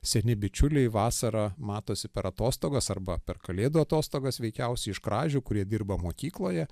seni bičiuliai vasarą matosi per atostogas arba per kalėdų atostogas veikiausiai iš kražių kurie dirba mokykloje